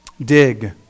Dig